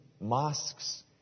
mosques